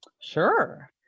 Sure